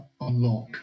unlock